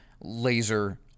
laser